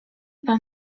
pan